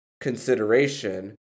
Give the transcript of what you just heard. Consideration